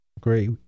Great